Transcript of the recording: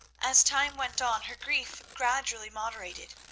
as time went on her grief gradually moderated,